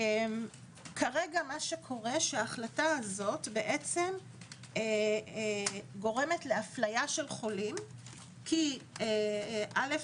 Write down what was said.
כרגע ההחלטה הזו בעצם גורמת לאפליית חולים כי אל"ף,